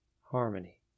Harmony